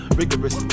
rigorous